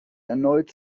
erneut